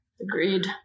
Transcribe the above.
Agreed